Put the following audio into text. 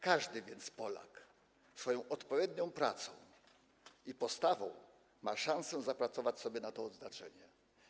Każdy więc Polak swoją odpowiednią pracą i postawą ma szansę zapracować sobie na to odznaczenie.